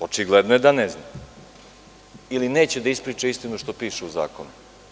Očigledno je da ne zna ili neće da ispriča istinu što piše u zakonu.